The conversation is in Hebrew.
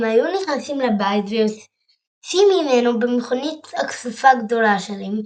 הם היו נכנסים לבית ויוצאים ממנו במכונית הכסופה הגדולה שלהם,